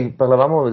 parlavamo